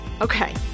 Okay